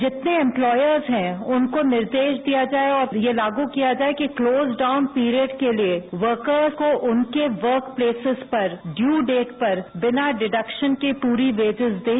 जितने इमप्लोयर हैं उनको निर्देश दिया जाये और ये लागू किया जाये क्लोज डाउन प्रीयर्ड के लिए वर्कर और उनके वर्क पेलेसस पर ड्यू डेट पर बिना डिटेक्शन के पूरी वेंटेज दें